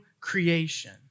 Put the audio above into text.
creation